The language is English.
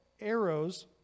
arrows—